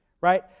right